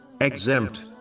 exempt